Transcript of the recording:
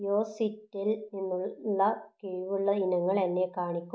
യോസിറ്റിൽ നിന്നുള്ള കിഴിവുള്ള ഇനങ്ങൾ എന്നെ കാണിക്കൂ